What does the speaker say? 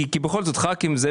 כי בכל זאת ח"כים וזה,